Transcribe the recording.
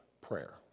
prayer